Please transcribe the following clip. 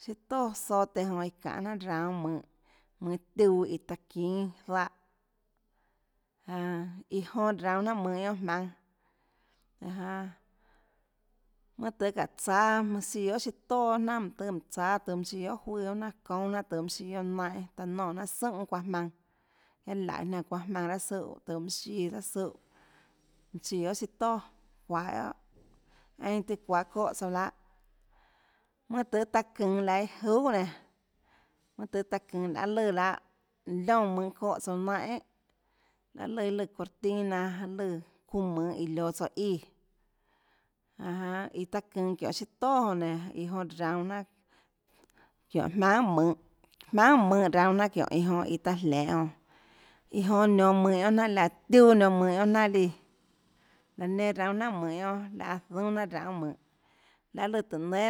Chiâ toà zote iã jonã çanê jnanà raunå mønhå mønhå tiuã iã taã çínâ záhã jan iã jonã raunå jnanà mønhå guionâ jmaùnâ jan jánâ mønâ tøhê çáå tsáâ mønã siã guiohà siâ toà guionà jnanà mønâ tøhê mánhå tsáâ tuhå mønã siã guiohà çuøâ guionâ jnanà jonã çoúnâ jnanà tuhå mønâ siã guionâ naínhã taã nonè jnanà súnhà çuaã jmaønã guiaâ laùhå niánã çuaã jmaønã raâ súhã tuhå mønã siã raâ súhã mønâ siã guiohà siâ toà çuahå guiohà einã tiã çuahå çóhã tsouã lahâ mønâ tøhê taã çønå laã iâ juhà nénå tøhê taã çønå laê lùã lahâ liónã mønhå çóhã tsouã naínhãin laê lùã lùã cortina laê lùã çuunã mønhå iã lioå tsouã íã jan jánâ iã taã çønå çiónhå siâ toà jonã nénå iå jonã raunå jnanà çiónhå jmaønã guiohà mønhå jmaønã guiohà mønhå raunå jnanà çiónhå iã jonã iã taã jlenhå jonã iã jonã nionå mønhå guionâ jnanà laå tiuã nionå mønhå guionâ jnanàlíã laã nenã raunå jnanà mønhå guionâ laã zoúnâ jnanà raunê mønhå lahê lùã tùhå nénâ